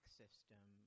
system